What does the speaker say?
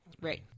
Right